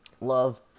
love